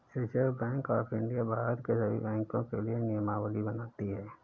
reserve bank of India भारत के सभी बैंकों के लिए नियमावली बनाती है